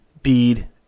feed